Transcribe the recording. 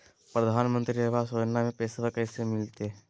प्रधानमंत्री आवास योजना में पैसबा कैसे मिलते?